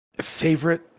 favorite